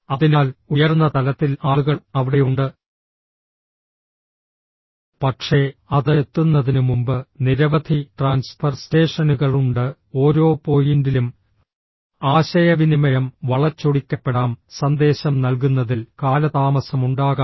അതിനാൽ ഉയർന്ന തലത്തിൽ ആളുകൾ അവിടെയുണ്ട് പക്ഷേ അത് എത്തുന്നതിനുമുമ്പ് നിരവധി ട്രാൻസ്ഫർ സ്റ്റേഷനുകൾ ഉണ്ട് ഓരോ പോയിന്റിലും ആശയവിനിമയം വളച്ചൊടിക്കപ്പെടാം സന്ദേശം നൽകുന്നതിൽ കാലതാമസമുണ്ടാകാം